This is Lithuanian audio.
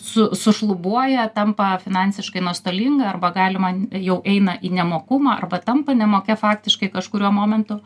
su sušlubuoja tampa finansiškai nuostolinga arba galima jau eina į nemokumą arba tampa nemokia faktiškai kažkuriuo momentu